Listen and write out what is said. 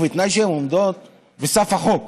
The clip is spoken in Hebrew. ובתנאי שהן עומדות בסף החוק.